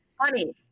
Honey